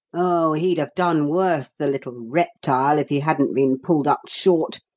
oh, he'd have done worse, the little reptile, if he hadn't been pulled up short,